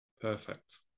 Perfect